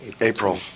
April